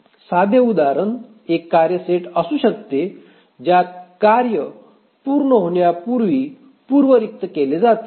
साधे उदाहरण एक कार्य सेट असू शकते ज्यात कार्य पूर्ण होण्यापूर्वी पूर्व रिक्त केले जाते